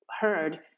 heard